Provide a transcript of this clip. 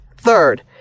Third